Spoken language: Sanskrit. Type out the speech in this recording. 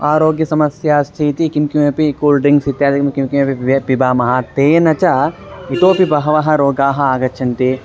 आरोग्यसमस्या अस्तीति किं किमपि कूल् ड्रिङ्क्स् इत्यादिकं किं किमपि पिबामः तेन च इतोऽपि बहवः रोगाः आगच्छन्ति